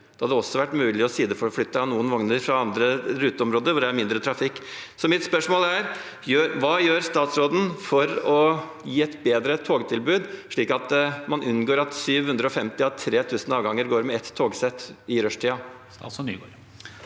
Det hadde også vært mulig å sideforflytte noen vogner fra andre ruteområder hvor det er mindre trafikk. Mitt spørsmål er: Hva gjør statsråden for å gi et bedre togtilbud, slik at man unngår at 750 av 3 000 avganger går med ett togsett i rushtiden?